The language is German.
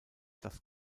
das